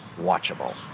watchable